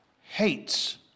hates